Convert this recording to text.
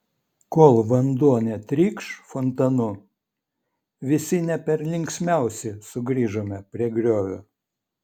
kol vanduo netrykš fontanu visi ne per linksmiausi sugrįžome prie griovio